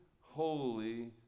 holy